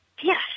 Yes